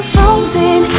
Frozen